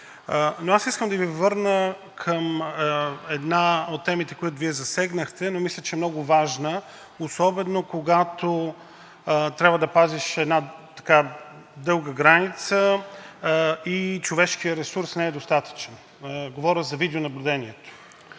Аз искам да Ви върна към една от темите, които Вие засегнахте, мисля че е много важна особено, когато трябва да пазиш една дълга граница и човешкият ресурс не е достатъчен. Говоря за видеонаблюдението.